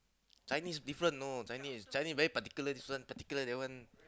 Chinese different you know Chinese very particular very particular that one